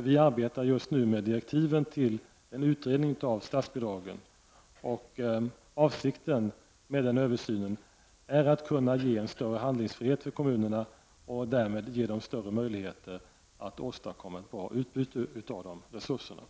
Vi arbetar just nu med direktiven till en utredning av statsbidragen, och avsikten med den översynen är att kunna ge en större handlingsfrihet för kommunerna och därmed ge dem större möjligheter att åstadkomma ett bra utbyte av de resurserna.